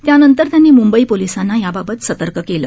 त्यानंतर त्यांनी म्बई पोलिसांना याबाबत सतर्क केलं